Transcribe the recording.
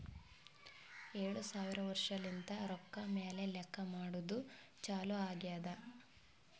ಏಳು ಸಾವಿರ ವರ್ಷಲಿಂತೆ ರೊಕ್ಕಾ ಮ್ಯಾಲ ಲೆಕ್ಕಾ ಮಾಡದ್ದು ಚಾಲು ಆಗ್ಯಾದ್